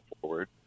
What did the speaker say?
forward